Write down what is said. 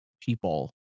people